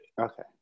Okay